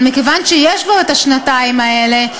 אבל מכיוון שיש כבר השנתיים האלה,